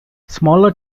smaller